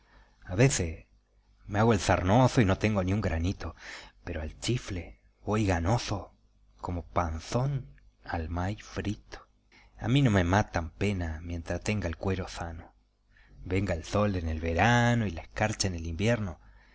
a veces me hago el sarnoso y no tengo ni un granito pero al chifle voy ganoso como panzón al maíz frito a mí no me matan penas mientras tenga el cuero sano venga el sol en el verano y la escarcha en el invierno